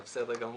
זה בסדר גמור.